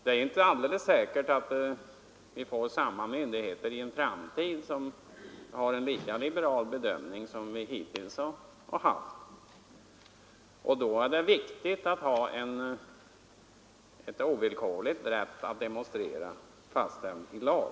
Det är inte alldeles säkert att vi i en framtid får myndigheter med så liberal bedömning som vi hittills haft, och då är det viktigt att ha en ovillkorlig rätt att demonstrera fastställd i lag.